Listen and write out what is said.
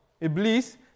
iblis